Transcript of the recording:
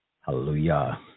hallelujah